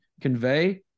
convey